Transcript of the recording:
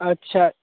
अच्छा